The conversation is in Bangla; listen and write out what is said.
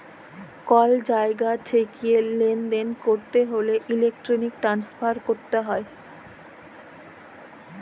কল জায়গা ঠেকিয়ে লালদেল ক্যরতে হ্যলে ইলেক্ট্রনিক ট্রান্সফার ক্যরাক হ্যয়